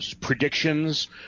predictions